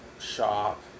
shop